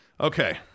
Okay